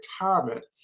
retirement